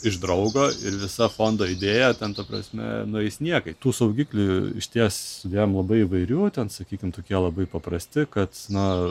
iš draugo ir visa fondo idėja ta prasme nueis niekais tų saugiklių išties sudėjom labai įvairių ten sakykim tokie labai paprasti kad na